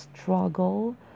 struggle